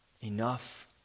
enough